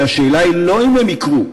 כשהשאלה היא לא אם הם יקרו,